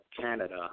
Canada